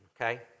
okay